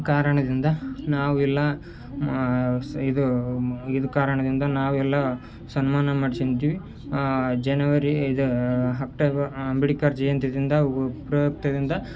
ಕಾರಣದಿಂದ ನಾವಿಲ್ಲ ಸ ಇದು ಇದು ಕಾರಣದಿಂದ ನಾವೆಲ್ಲ ಸನ್ಮಾನ ಮಾಡಿಸಿದ್ವಿ ಜನವರಿ ಇದು ಅಕ್ಟೋಬ ಅಂಬೇಡ್ಕರ್ ಜಯಂತಿಯಿಂದ